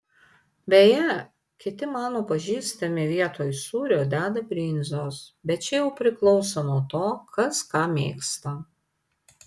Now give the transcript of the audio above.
beje kiti mano pažįstami vietoj sūrio deda brinzos bet čia jau priklauso nuo to kas ką mėgsta